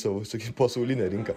savo sakykim pasaulinę rinką